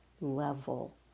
level